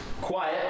quiet